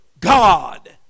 God